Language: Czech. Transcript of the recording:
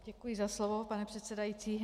Děkuji za slovo, pane předsedající.